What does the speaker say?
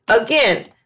Again